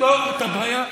תפתור את הבעיה הזאת.